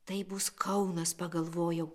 tai bus kaunas pagalvojau